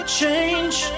change